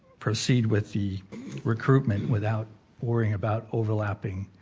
proceed with the recruitment without worrying about overlapping